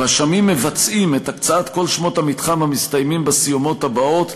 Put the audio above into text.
הרשמים מבצעים את הקצאת כל שמות המתחם המסתיימים בסיומות הבאות: